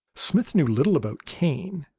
smith knew little about cane,